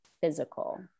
physical